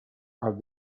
are